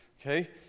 Okay